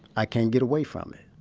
i can't get away from it